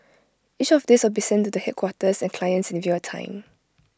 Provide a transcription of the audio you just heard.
each of these will be sent to the headquarters and clients in real time